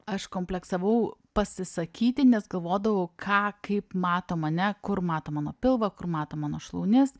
aš kompleksavau pasisakyti nes galvodavau ką kaip mato mane kur mato mano pilvą kur mato mano šlaunis